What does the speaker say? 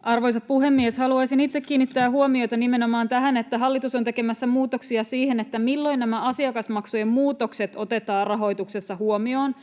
Arvoisa puhemies! Haluaisin itse kiinnittää huomiota nimenomaan tähän, että hallitus on tekemässä muutoksia siihen, milloin nämä asiakasmaksujen muutokset otetaan rahoituksessa huomioon.